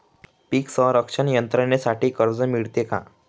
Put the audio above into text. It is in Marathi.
पीक संरक्षण यंत्रणेसाठी कर्ज मिळते का?